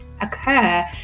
occur